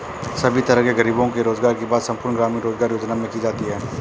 सभी तरह के गरीबों के रोजगार की बात संपूर्ण ग्रामीण रोजगार योजना में की जाती है